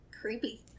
Creepy